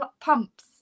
pumps